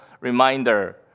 reminder